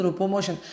promotion